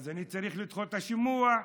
אז אני צריך לדחות את השימוע.